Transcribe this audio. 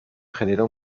generó